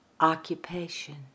Occupation